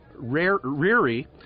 Reary